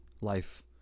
life